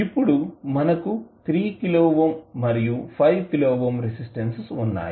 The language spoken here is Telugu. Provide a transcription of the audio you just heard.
ఇప్పుడు మనకు 3 కిలో ఓం మరియు 5 కిలో ఓం రెసిస్టెన్స్ ఉన్నాయి